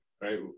right